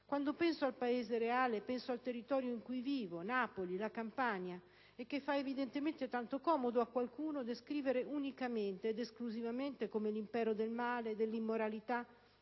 Quando penso al Paese reale penso al territorio in cui vivo, Napoli, la Campania, che a qualcuno fa evidentemente tanto comodo descrivere unicamente ed esclusivamente come l'impero del male, dell'immoralità